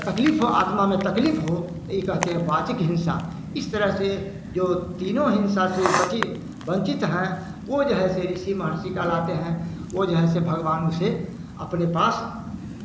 तकलीफ़ वह आत्मा में तकलीफ़ हो तो यह कहते हैं वाचक हिंसा इस तरह से जो तीनों हिंसा से बचे वंचित है वह जो है से इसे मानसिक कहलाते हैं वह जो है से भगवान उसे अपने पास